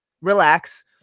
Relax